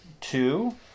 Two